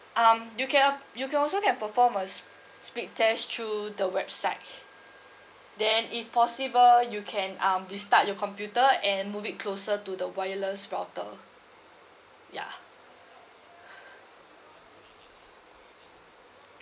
um you can uh you can also have perform a speed test through the website then if possible you can um restart your computer and move it closer to the wireless router ya